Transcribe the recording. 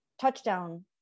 touchdown